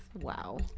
Wow